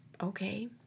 okay